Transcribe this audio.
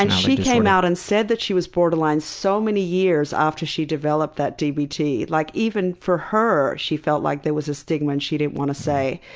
and she came out and said that she was borderline so many years after she developed that dbt. like even for her, she felt like there was a stigma and she didn't want to say.